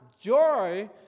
Joy